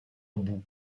boue